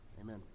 Amen